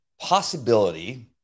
possibility